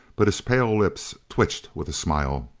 but his pale lips twitched with a smile.